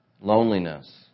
Loneliness